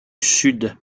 sud